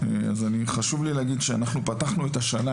חשוב לי להגיד שאנחנו פתחנו את השנה,